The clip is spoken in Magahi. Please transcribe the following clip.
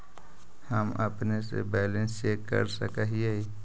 हम अपने से बैलेंस चेक कर सक हिए?